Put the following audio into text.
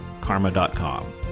karma.com